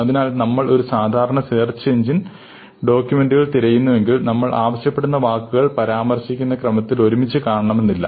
അതിനാൽ നമ്മൾ ഒരു സാധാരണ സെർച്ച് എഞ്ചിനിൽ ഡോക്യൂമെന്റുകൾ തിരയുന്നുവെങ്കിൽ നമ്മൾ ആവശ്യപ്പെടുന്ന വാക്കുകൾ പരാമർശിക്കുന്ന ക്രമത്തിൽ ഒരുമിച്ച് കാണണമെന്നില്ല